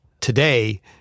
today